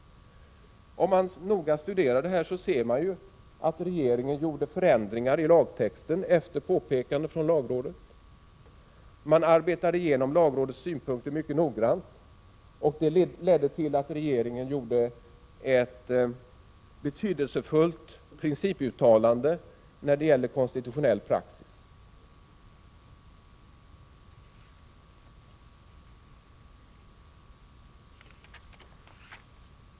Om man noga studerar förslaget ser man att regeringen gjorde förändringar i lagtexten efter påpekande från lagrådet. Man arbetade igenom lagrådets synpunkter mycket noggrant, vilket ledde till att regeringen gjorde ett betydelsefullt principuttalande när det gäller konstitutionell praxis.